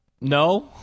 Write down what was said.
no